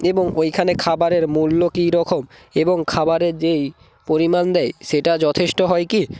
এবং ওইখানে খাবারের মূল্য কী রকম এবং খাবারের যেই পরিমাণ দেয় সেটা যথেষ্ট হয় কী